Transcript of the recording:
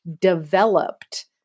developed